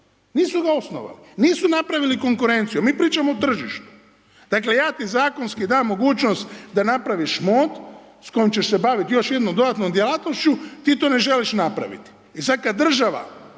Nisu ga osnovali, nisu napravili konkurenciju. Mi pričamo o tržištu. Dakle, ja ti zakonski dam mogućnost da napraviš MOD, s kojim ćeš se bavit još jednom dodatnom djelatnošću, ti to ne želiš napravit. I sad kad država